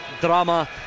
drama